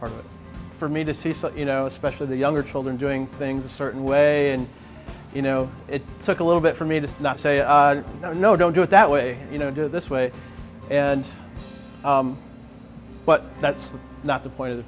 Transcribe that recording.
hard for me to see you know especially the younger children doing things a certain way and you know it took a little bit for me to not say oh no no don't do it that way you know do this way and but that's not the point of the